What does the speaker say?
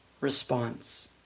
response